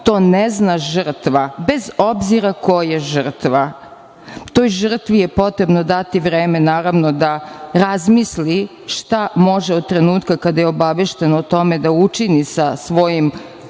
To ne zna žrtva, bez obzira ko je žrtva. Toj žrtvi je potrebno dati vremena da razmisli šta može, od trenutka kada je obaveštena o tome, da učini sa svojim